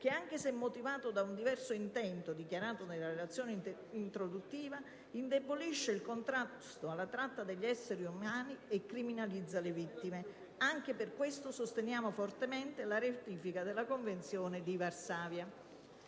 che, anche se motivato da un diverso intento, dichiarato nella relazione introduttiva, indebolisce il contrasto alla tratta degli esseri umani e criminalizza le vittime. Anche per questo sosteniamo fortemente la ratifica della Convenzione di Varsavia.